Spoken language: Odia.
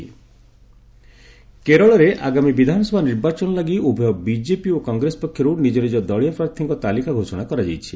କେରଳ ନିର୍ବାଚନ କେରଳରେ ଆଗାମୀ ବିଧାନସଭା ନିର୍ବାଚନ ଲାଗି ଉଭୟ ବିଜେପି ଓ କଂଗ୍ରେସ ପକ୍ଷରୁ ନିଜ ନିଜ ଦଳୀୟ ପ୍ରାର୍ଥୀଙ୍କ ତାଲିକା ଘୋଷଣା କରାଯାଇଛି